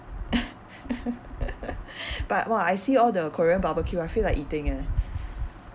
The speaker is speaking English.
but !wah! I see all the korean barbecue I feel like eating eh